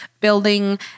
building